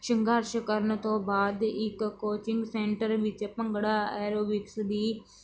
ਸੰਘਰਸ਼ ਕਰਨ ਤੋਂ ਬਾਅਦ ਇੱਕ ਕੋਚਿੰਗ ਸੈਂਟਰ ਵਿੱਚ ਭੰਗੜਾ ਐਰੋਬਿਕਸ ਦੀ